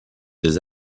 des